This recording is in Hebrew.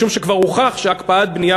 משום שכבר הוכח שהקפאת בנייה,